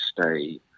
stay